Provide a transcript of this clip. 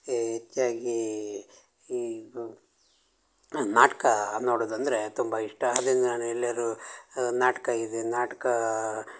ಏ ಹೆಚ್ಚಾಗಿ ನಾಟಕ ನೋಡುವುದಂದ್ರೆ ತುಂಬ ಇಷ್ಟ ಅದನ್ನು ನಾನು ಎಲ್ಯಾದ್ರು ನಾಟಕ ಇದೆ ನಾಟಕ